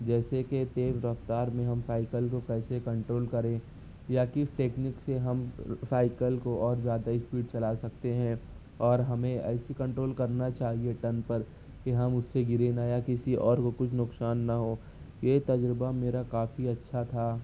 جیسے کہ تیز رفتار میں ہم سائیکل کو کیسے کنٹرول کریں یا کس ٹیکنک سے ہم سائیکل کو اور زیادہ اسپیڈ چلا سکتے ہیں اور ہمیں ایسی کنٹرول کرنا چاہیے ٹرن پر کہ ہم اس سے گریں نہ یا کسی اور کو کچھ نقصان نہ ہو یہ تجربہ میرا کافی اچھا تھا